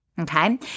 okay